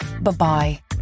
Bye-bye